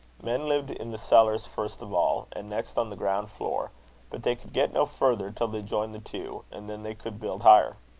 men lived in the cellars first of all, and next on the ground floor but they could get no further till they joined the two, and then they could build higher.